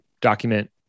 document